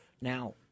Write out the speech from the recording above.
Now